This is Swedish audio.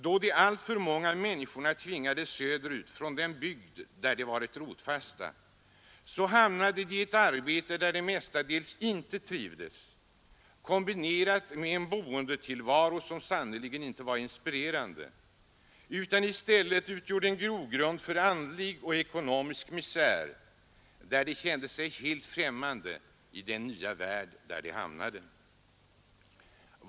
Då de alltför många människorna tvingades söderut från den bygd där de varit rotfasta hamnade de i ett arbete där de mestadels inte trivdes kombinerat med en boendetillvaro som sannerligen inte var inspirerande utan i stället utgjorde en grogrund för andlig och ekonomisk misär. De kände sig helt främmande i den nya värld där de hamnade.